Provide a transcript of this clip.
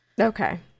Okay